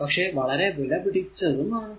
പക്ഷെ വളരെ വിലപിടിച്ചതും ആണ്